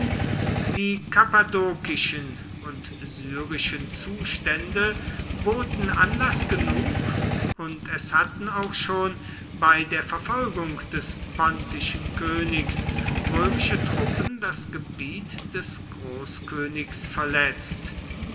die kappadokischen und syrischen zustände boten anlässe genug und es hatten auch schon bei der verfolgung des pontischen königs römische truppen das gebiet des großkönigs verletzt